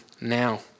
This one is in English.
now